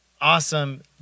awesome